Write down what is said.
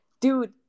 dude